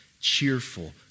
cheerful